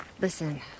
Listen